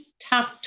top